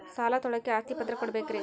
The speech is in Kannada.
ಸಾಲ ತೋಳಕ್ಕೆ ಆಸ್ತಿ ಪತ್ರ ಕೊಡಬೇಕರಿ?